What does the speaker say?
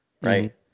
right